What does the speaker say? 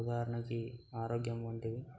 ఉదాహరణకి ఆరోగ్యం ఉండి